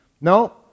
No